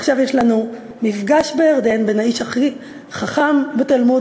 ועכשיו יש לנו מפגש בירדן בין האיש הכי חכם בתלמוד,